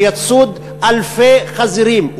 שיצוד אלפי חזירים.